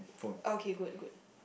okay good good